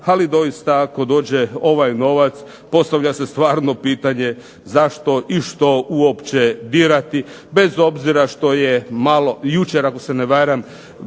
ali doista ako dođe ovaj novac, postavlja se stvarno pitanje zašto i što uopće dirati, bez obzira što je malo jučer ako ne varam